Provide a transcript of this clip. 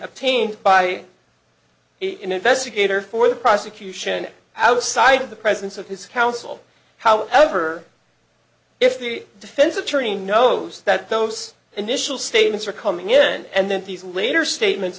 obtained by investigator for the prosecution outside the presence of his counsel however if the defense attorney knows that those initial statements are coming in and then later statements